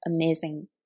amazing